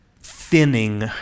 thinning